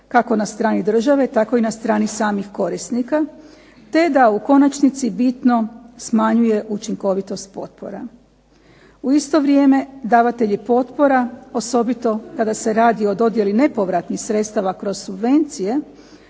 kako na strani države tako i na strani samih korisnika. Te da u konačnici bitno smanjuje učinkovitost potpora. U isto vrijeme davatelji potpora, osobito kada se radi o dodjeli nepovratnih sredstava kroz subvencije,